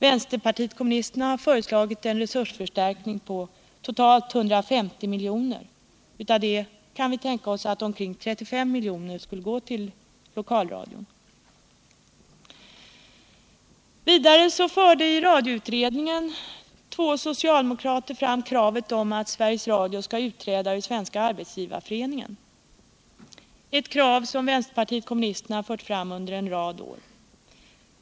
Vänsterpartiet kommunisterna har föreslagit en resursförstärkning på totalt 150 milj.kr., och av det kan vi tänka oss att 35 milj.kr. går till lokalradion. Vidare förde i radioutredningen två socialdemokrater fram kravet på att Sveriges Radio skall utträda ur Svenska arbetsgivareföreningen — ett krav som vpk fört fram under en rad år.